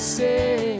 say